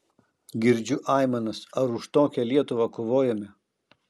girdžiu aimanas ar už tokią lietuvą kovojome